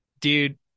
dude